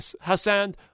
Hassan